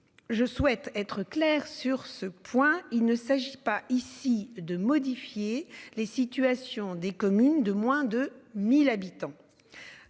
Je souhaite être clair sur ce point, il ne s'agit pas ici de modifier les situations des communes de moins de 1000 habitants.